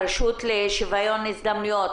הרשות לשוויון הזדמנויות.